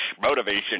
Motivation